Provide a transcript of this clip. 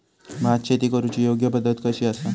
भात शेती करुची योग्य पद्धत कशी आसा?